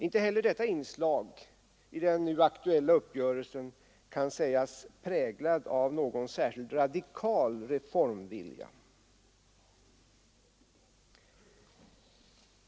Inte heller detta inslag i den nu aktuella uppgörelsen kan sägas präglat av någon särskilt radikal reformvilja.